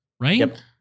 Right